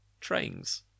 trains